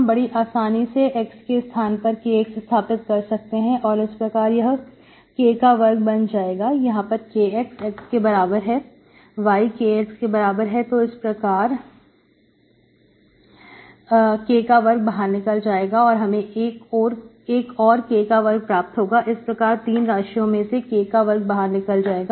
हम बड़ी आसानी से x के स्थान पर Kx स्थापित कर सकते हैं इस प्रकार यह K का वर्ग बन जाएगा यहां पर Kx x के बराबर है y Kx के बराबर है तो इस प्रकार के कावर बाहर निकल जाएगा और हमें एक और K का वर्ग प्राप्त होगा इस प्रकार तीनों राशियों में से K का वर्ग बाहर निकल जाएगा